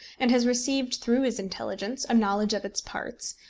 and has received through his intelligence a knowledge of its parts,